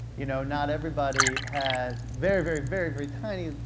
you know not everybody has very, very, very, very tiny,